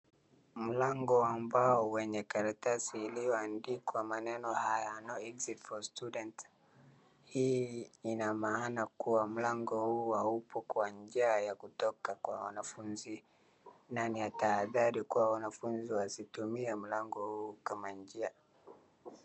Mlango wa mbao wenye karatasi iliyoandikwa maneno haya No exit for students ,hii ina maana mlango huu haupo kwa njia ya kutoka kwa wanafunzi na ni ya tahadhari kuwa wanafunzi wasitumie mlango huu kama njia.